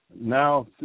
Now